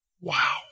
Wow